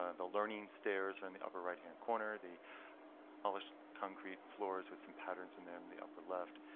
ah the learning stairs are in the upper right hand corner. the polished concrete floors with some patterns in there in um the upper left.